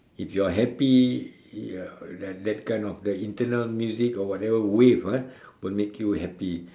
if you're happy your that that kind of the internal music or whatever wave uh will make you happy